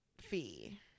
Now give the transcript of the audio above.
fee